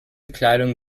kleidung